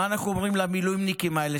מה אנחנו אומרים למילואימניקים האלה,